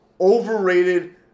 overrated